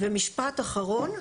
משפט אחרון: